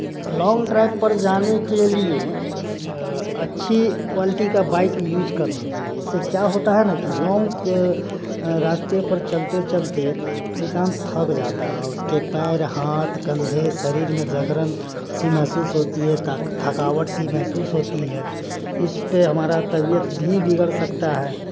long drive पर जाने के लिए अच्छी क्वालिटी का बाइक यूज़ करना चाहिए इससे क्या होता है ना कि लॉन्ग रास्ते पर चलते चलते इंसान थक जाता है उसके पैर हाथ कंधे शरीर में जकड़न सी महसूस होती है थकावट सी महसूस होती है इस पे हमारा तबियत भी बिगड़ सकता है